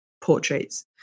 portraits